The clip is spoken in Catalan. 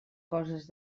coses